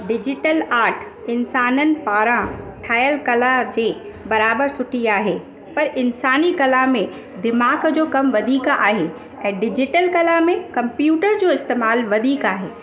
digital art इन्साननि पारां ठहियल कला जे बराबरि सुठी आहे पर इन्सानी कला में दीमाग़ु जो कम वधीक आहे ऐं डिजिटल कला में कंप्यूटर जो इस्तेमालु वधीक आहे